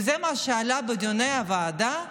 וזה מה שעלה בדיוני הוועדה,